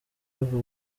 bava